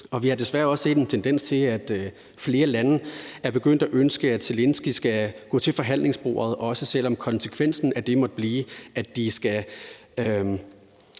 vi har desværre også set en tendens til, at flere lande er begyndt at ønske, at Zelenskyj skal gå til forhandlingsbordet, også selv om konsekvensen af det måtte blive, at de skal